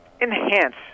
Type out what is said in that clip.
enhance